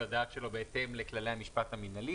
הדעת שלו בהתאם לכללי המשפט המנהלי,